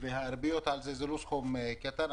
והריביות על כך הן לא סכום קטן,